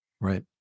right